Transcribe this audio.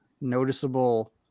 noticeable